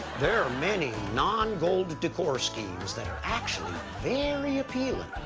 there are many non-gold decor schemes that are actually very appealing.